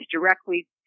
directly